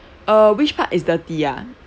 uh which part is dirty ah